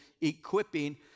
equipping